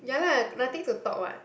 ya lah nothing to talk [what]